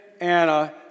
Anna